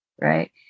right